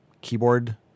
keyboard